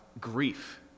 Grief